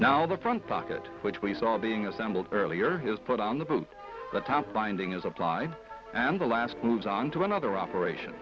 now the front pocket which we saw being assembled earlier is put on the boat the top binding is applied and the last moves onto another operation